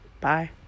Bye